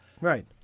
Right